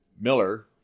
Miller